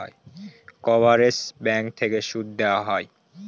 coverage bank থেকে সুদ দেওয়া হয়